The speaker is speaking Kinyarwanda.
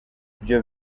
byo